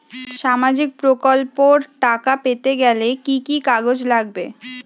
সামাজিক প্রকল্পর টাকা পেতে গেলে কি কি কাগজ লাগবে?